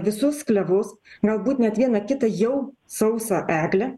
visus klevus galbūt net vieną kitą jau sausą eglę